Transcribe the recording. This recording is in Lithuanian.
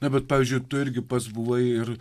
na bet pavyzdžiui tu irgi pats buvai ir